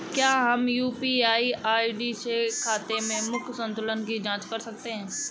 क्या हम UPI ID से खाते के मूख्य संतुलन की जाँच कर सकते हैं?